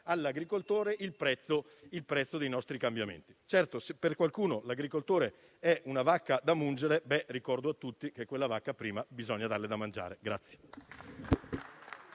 all'agricoltore il prezzo dei nostri cambiamenti. Se per qualcuno l'agricoltore è una vacca da mungere, ricordo a tutti che a quella vacca prima bisogna dare da mangiare.